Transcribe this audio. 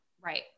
Right